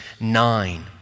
nine